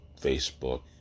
Facebook